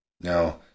Now